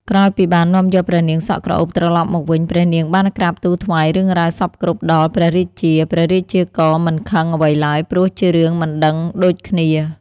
ក្រោយពីបាននាំយកព្រះនាងសក់ក្រអូបត្រឡប់មកវិញព្រះនាងបានក្រាបទូលថ្វាយរឿងរ៉ាវសព្វគ្រប់ដល់ព្រះរាជា ព្រះរាជាក៏មិនខឹងអ្វីឡើយព្រោះជារឿងមិនដឹងដូចគ្នា។